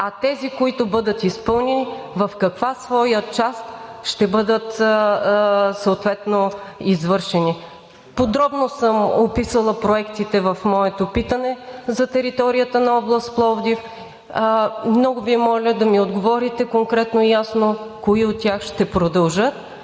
а тези, които бъдат изпълнени, в каква своя част ще бъдат съответно извършени? Подробно съм описала проектите в моето питане за територията на област Пловдив. Много Ви моля да ми отговорите конкретно и ясно: кои от тях ще продължат,